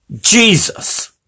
Jesus